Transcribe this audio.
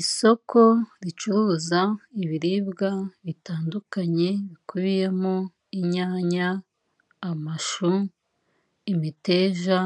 isoko ricuruza ibiribwa bitandukanye bikubiyemo; inyanya, amashu, imiteja,